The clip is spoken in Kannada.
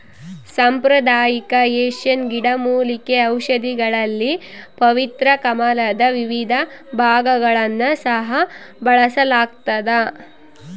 ಸಾಂಪ್ರದಾಯಿಕ ಏಷ್ಯನ್ ಗಿಡಮೂಲಿಕೆ ಔಷಧಿಗಳಲ್ಲಿ ಪವಿತ್ರ ಕಮಲದ ವಿವಿಧ ಭಾಗಗಳನ್ನು ಸಹ ಬಳಸಲಾಗ್ತದ